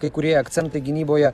kai kurie akcentai gynyboje